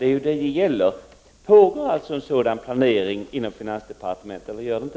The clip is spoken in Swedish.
Det är ju den perioden som här är aktuell. Pågår eller pågår inte en sådan planering inom finansdepartementet?